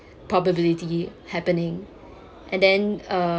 probability happening and then uh